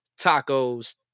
Tacos